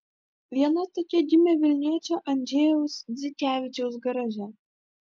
viena tokia gimė vilniečio andžejaus dzikevičiaus garaže